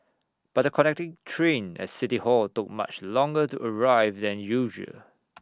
but the connecting train at city hall took much longer to arrive than usual